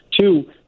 Two